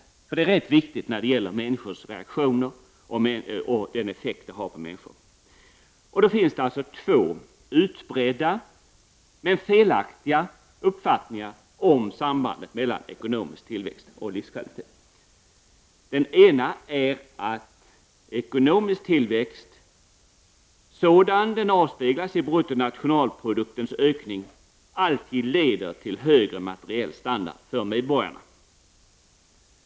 Dessa båda företeelser är viktiga när det gäller människors reaktioner, alltså den effekt som de har på människor. Det finns två utbredda, men felaktiga, uppfattningar om sambandet mellan ekonomisk tillväxt och livskvalitet. Den ena är att ekonomisk tillväxt — som denna avspeglas i ökningen av bruttonationalprodukten — alltid leder till högre materiell standard för medborgarna.